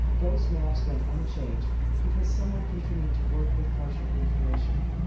those maps went unchanged because someone continued to work with partial information,